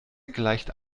gleicht